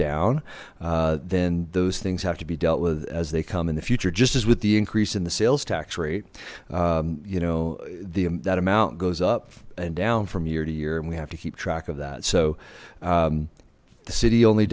down then those things have to be dealt with as they come in the future just as with the increase in the sales tax rate you know the that amount goes up and down from year to year and we have to keep track of that so the city only